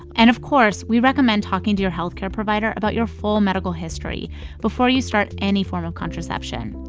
and, of course, we recommend talking to your health care provider about your full medical history before you start any form of contraception.